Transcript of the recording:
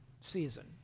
season